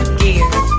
gear